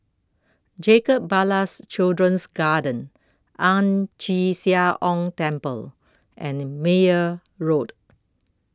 Jacob Ballas Children's Garden Ang Chee Sia Ong Temple and Meyer Road